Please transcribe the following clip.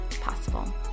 possible